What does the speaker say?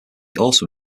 also